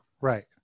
Right